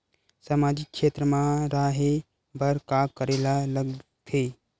सामाजिक क्षेत्र मा रा हे बार का करे ला लग थे